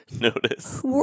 Notice